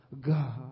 God